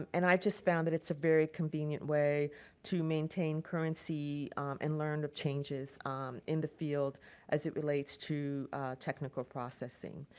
and i just found that it's a very convenient way to maintain currency and learn the changes in the field as it relates to technical processing.